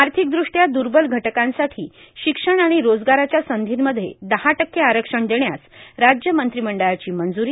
आर्थिकद्रप्ट्या दुर्बल घटकांसाठी शिक्षण आणि रोजगाराच्या संधींमध्ये दहा टक्के आरक्षण देण्यास राज्य मंत्रिमंडळाची मंजूरी